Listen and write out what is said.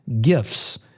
gifts